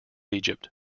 egypt